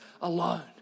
alone